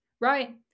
Right